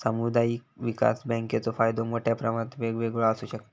सामुदायिक विकास बँकेचो फायदो मोठ्या प्रमाणात वेगवेगळो आसू शकता